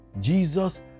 Jesus